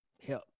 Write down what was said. help